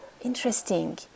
interesting